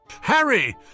Harry